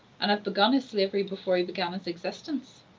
and have begun his slavery before he began his existence.